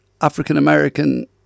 African-American